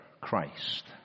Christ